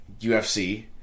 UFC